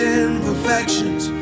imperfections